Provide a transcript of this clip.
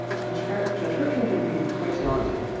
transcription transcription can be quite challenging.